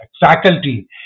faculty